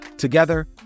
Together